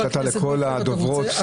נתת לכל הדוברות --- חה"כ מקלב,